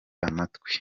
amatwi